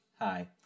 Hi